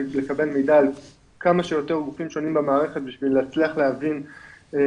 לקבל מידע על כמה שיותר גופים שונים במערכת כדי להצליח להבין את